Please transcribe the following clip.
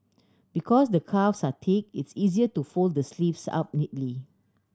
because the cuffs are thick it's easier to fold the sleeves up neatly